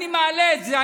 אני מעלה את זה.